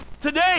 Today